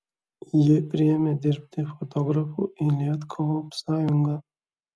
jį priėmė dirbti fotografu į lietkoopsąjungą